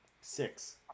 Six